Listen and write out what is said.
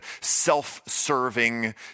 self-serving